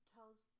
Tells